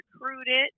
recruited